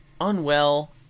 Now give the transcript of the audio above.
unwell